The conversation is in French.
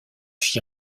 fit